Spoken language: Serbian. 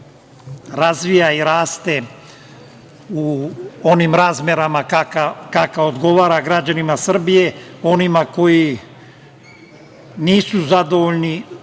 razvija i raste u onim razmerama kako odgovara građanima Srbije. Onima koji nisu zadovoljni